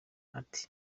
ati